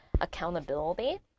accountability